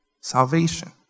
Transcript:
salvation